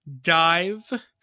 dive